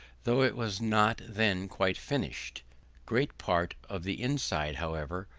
though it was not then quite finished great part of the inside, however,